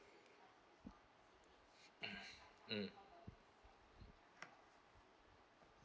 mm